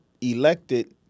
elected